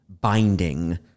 binding